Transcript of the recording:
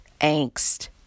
angst